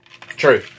True